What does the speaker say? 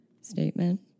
statement